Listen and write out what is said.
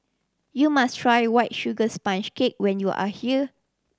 you must try White Sugar Sponge Cake when you are here